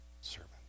servant